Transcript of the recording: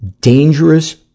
dangerous